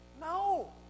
No